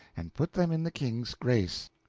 and put them in the king's grace.